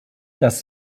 das